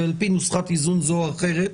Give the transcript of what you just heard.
על פי נוסחת איזון זו או אחרת,